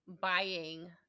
buying